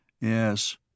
Yes